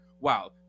wow